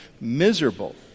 miserable